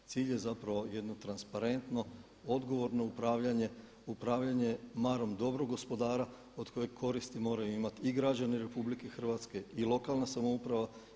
Cilj je zapravo jedno transparentno, odgovorno upravljanje, upravljanje marom dobrog gospodara od kojeg koristi moraju imati i građani RH i lokalna samouprava.